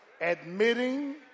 admitting